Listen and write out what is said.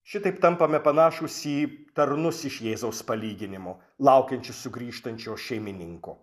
šitaip tampame panašūs į tarnus iš jėzaus palyginimų laukiančius sugrįžtančio šeimininko